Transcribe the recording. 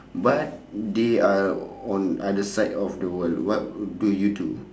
but they are on other side of the world what do you do